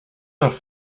auf